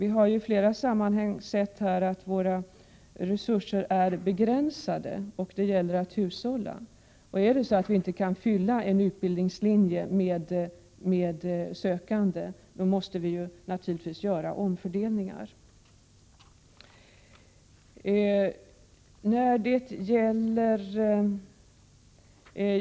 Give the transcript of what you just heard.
I flera sammanhang har det visat sig att resurserna är begränsade och att det gäller att hushålla, och om en utbildningslinje inte kan fyllas med sökande måste omfördelningar göras.